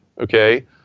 okay